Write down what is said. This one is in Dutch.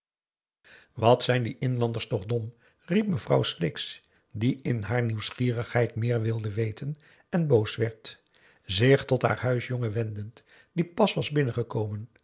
wat zijn die inlanders toch dom riep mevrouw sleeks die in haar nieuwsgierigheid meer wilde weten en boos werd zich tot haar huisjongen wendend die pas was binnengekomen